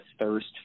thirst